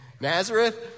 Nazareth